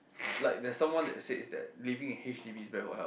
like there's someone that says that living in h_d_b is bad for health